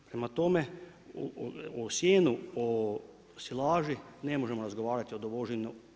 Prema tome, o sijenu, o silažu ne možemo razgovarati o dovoženju.